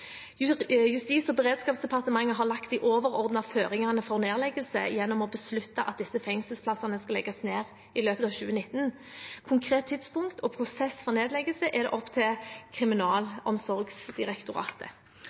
Justis- og beredskapsdepartementet har lagt de overordnete føringene for nedleggelse gjennom å beslutte at disse fengselsplassene skal legges ned i løpet av 2019. Konkret tidspunkt og prosess for nedleggelse er opp til